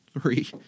three